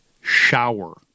Shower